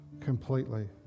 completely